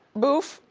boof?